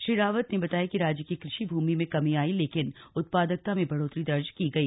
श्री रावत ने बताया कि राज्य की कृषि भूमि में कमी आई लेकिन उत्पादकता में बढ़ोत्तरी दर्ज की गई